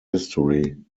history